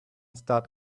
start